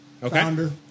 founder